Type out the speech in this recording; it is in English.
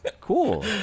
Cool